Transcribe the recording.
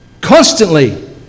constantly